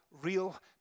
real